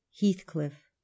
Heathcliff